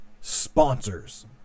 sponsors